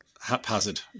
haphazard